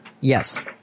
yes